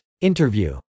Interview